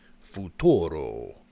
futuro